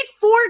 four